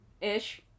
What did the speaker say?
ish